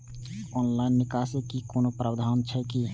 Online निकासी के भी कोनो प्रावधान छै की?